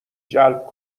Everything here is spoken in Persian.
جلب